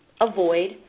avoid